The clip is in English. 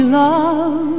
love